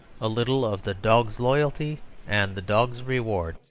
a little of the dog's loyalty and the dog's reward.